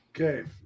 Okay